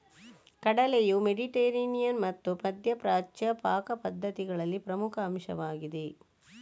ಕಡಲೆಯು ಮೆಡಿಟರೇನಿಯನ್ ಮತ್ತು ಮಧ್ಯ ಪ್ರಾಚ್ಯ ಪಾಕ ಪದ್ಧತಿಗಳಲ್ಲಿ ಪ್ರಮುಖ ಅಂಶವಾಗಿದೆ